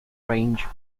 range